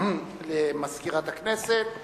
תודה למזכירת הכנסת.